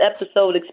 episode